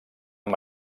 amb